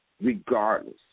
Regardless